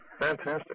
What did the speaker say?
Fantastic